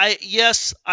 yes